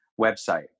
website